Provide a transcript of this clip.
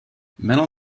metal